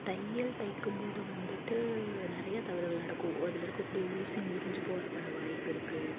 தையல் தைக்கும் போது வந்துட்டு நிறைய தவறுகள் நடக்கும் அதில் இருக்கக்கூடிய ஊசி முறிந்து போகுறதுக்கான வாய்ப்பு இருக்குது